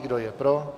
Kdo je pro?